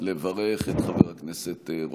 לברך את חבר הכנסת רוטמן.